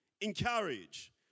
encourage